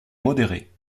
modéré